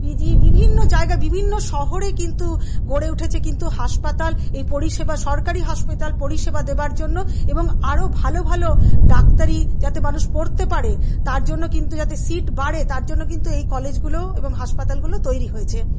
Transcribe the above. PG বিভিন্ন জায়গা বিভিন্ন শহরে কিন্তু গড়ে উঠেছে কিন্তু হাসপাতাল এই পরিষেবা সরকারি হাসপাতাল পরিষেবা দেবার জন্য এবং আরও ভালো ভালো ডাক্তারি যাতে মানুষ পড়তে পারে তার জন্য কিন্তু যাতে সিট বাড়ে তার জন্য কিন্তু এই কলেজগুলো এবং হাসপাতালগুলো তৈরি হয়েছে